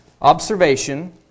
Observation